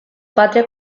patria